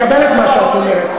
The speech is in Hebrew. אני מקבל את מה שאת אומרת.